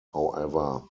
however